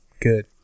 Good